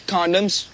Condoms